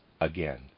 again